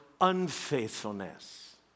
unfaithfulness